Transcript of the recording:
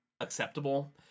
acceptable